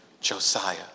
Josiah